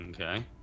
Okay